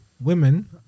women